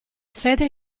fede